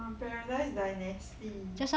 err paradise dynasty